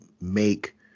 make